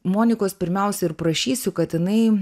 monikos pirmiausia ir prašysiu kad jinai